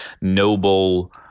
noble